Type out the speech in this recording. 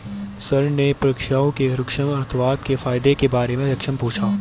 sir ने परीक्षा में सूक्ष्म अर्थशास्त्र के फायदों के बारे में प्रश्न पूछा